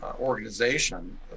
organization